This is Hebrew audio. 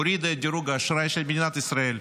הורידה את דירוג האשראי של מדינת ישראל.